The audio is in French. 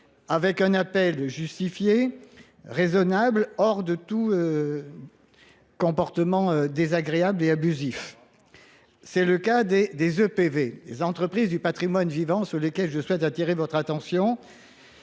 avec un appel justifié, raisonnable, hors de tout comportement désagréable et abusif. C'est le cas des EPV, les entreprises du patrimoine vivant, sur lesquelles je souhaite attirer votre attention,